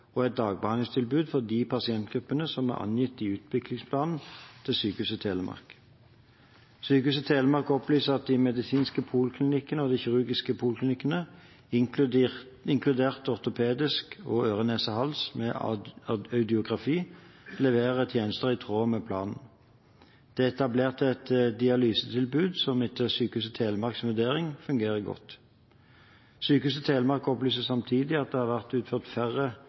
er et poliklinikktilbud og dagbehandlingstilbud for de pasientgruppene som er angitt i utviklingsplanen til Sykehuset Telemark. Sykehuset Telemark opplyser at de medisinske poliklinikkene og de kirurgiske poliklinikkene, inkludert ortopedisk og øre-nese-hals med audiografi, leverer tjenester i tråd med planen. Det er etablert et dialysetilbud som, etter Sykehuset Telemarks vurdering, fungerer godt. Sykehuset Telemark opplyser samtidig at det har vært utført færre